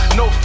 no